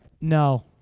No